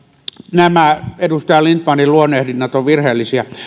nämä edustaja lindtmanin luonnehdinnat ovat virheellisiä